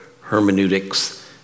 hermeneutics